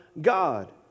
God